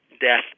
death